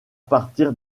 partir